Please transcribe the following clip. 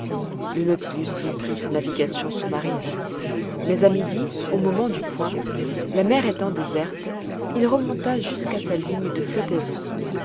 le nautilus reprit sa navigation sous-marine mais à midi au moment du point la mer étant déserte il remonta jusqu'à sa ligne de flottaison